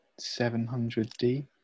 700D